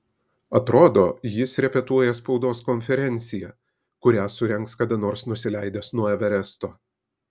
atrodo jis repetuoja spaudos konferenciją kurią surengs kada nors nusileidęs nuo everesto